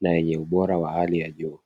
na yenye ubora wa hali ya juu.